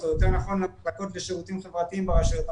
לא יתכן להפקיר אותם לתקופה ממושכת.